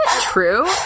true